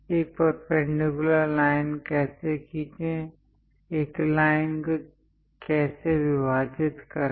एक perpendicular line कैसे खींचें एक लाइन कैसे विभाजित करें